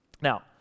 Now